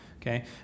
okay